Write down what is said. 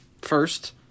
first